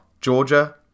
Georgia